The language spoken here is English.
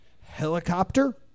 Helicopter